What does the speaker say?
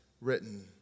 written